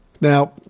Now